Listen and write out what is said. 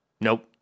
nope